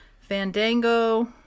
Fandango